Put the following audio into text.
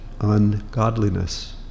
ungodliness